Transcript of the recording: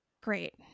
great